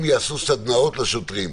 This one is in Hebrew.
אם יעשו סדנאות לשוטרים,